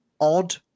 odd